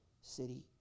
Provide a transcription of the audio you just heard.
City